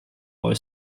all